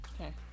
okay